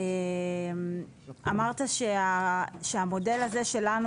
אמרת שהמודל הזה שלנו,